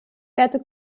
werte